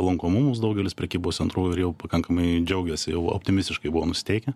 lankomumus daugelis prekybos centrų ir jau pakankamai džiaugiasi jau optimistiškai buvo nusiteikę